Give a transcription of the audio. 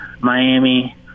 Miami